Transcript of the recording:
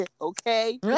Okay